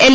L